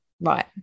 right